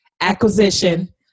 acquisition